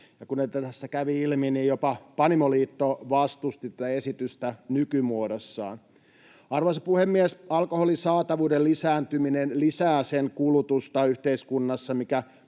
kuten tässä kävi ilmi, jopa Panimoliitto vastusti tätä esitystä nykymuodossaan. Arvoisa puhemies! Alkoholin saatavuuden lisääntyminen lisää sen kulutusta yhteiskunnassa,